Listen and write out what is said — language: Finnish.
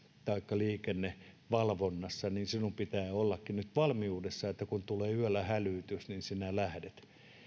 taikka liikennevalvonnassa niin sinun pitää ollakin nyt valmiudessa että kun tulee yöllä hälytys niin sinä lähdet